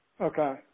Okay